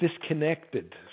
disconnected